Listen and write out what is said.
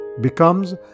becomes